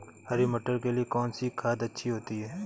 हरी मटर के लिए कौन सी खाद अच्छी होती है?